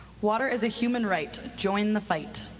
water is a human right. join the fight.